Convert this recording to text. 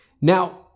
Now